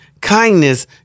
kindness